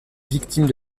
victimes